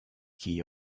qui